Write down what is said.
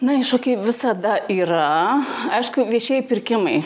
na iššūkiai visada yra aišku viešieji pirkimai